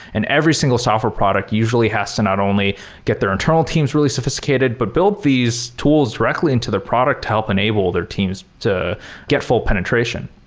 and every single software product usually has to not only get their internal teams really sophisticated, but build these tools directly into their product help enable their teams to get full penetration.